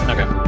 Okay